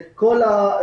את כל הזכויות,